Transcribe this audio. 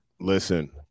listen